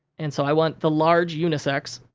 and so, i want the large unisex.